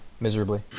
miserably